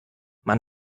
man